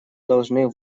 должны